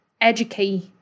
educate